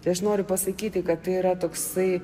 tai aš noriu pasakyti kad tai yra toksai